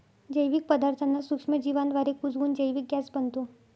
जैविक पदार्थांना सूक्ष्मजीवांद्वारे कुजवून जैविक गॅस बनतो